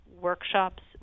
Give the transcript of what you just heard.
workshops